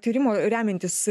tyrimo remiantis